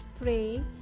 pray